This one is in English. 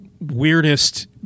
weirdest